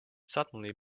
suddenly